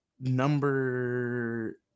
Number